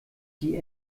die